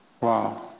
Wow